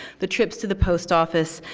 the trips to the post office,